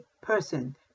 person